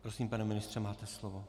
Prosím, pane ministře, máte slovo.